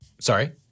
Sorry